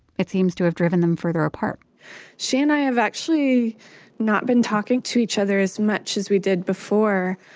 it seems to have driven them further apart she and i have actually not been talking to each other as much as we did before.